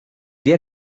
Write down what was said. día